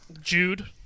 Jude